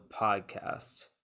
podcast